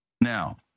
Now